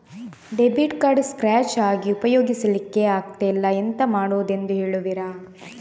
Debit card scratch ಆಗಿ ಉಪಯೋಗಿಸಲ್ಲಿಕ್ಕೆ ಆಗ್ತಿಲ್ಲ, ಎಂತ ಮಾಡುದೆಂದು ಹೇಳುವಿರಾ?